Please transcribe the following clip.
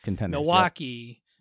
Milwaukee